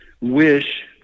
wish